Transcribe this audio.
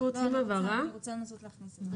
אני רוצה לנסות להכניס את זה.